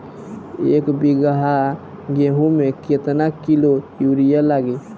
एक बीगहा गेहूं में केतना किलो युरिया लागी?